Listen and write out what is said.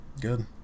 good